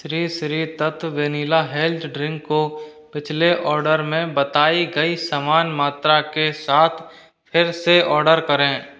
Shri Shri Tattva vanilla health drink को पिछले order में बताई गई समान मात्रा के साथ फिर से ऑर्डर करें